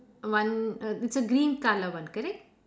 one uh it's a green colour one correct